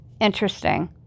Interesting